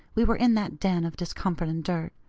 we were in that den of discomfort and dirt.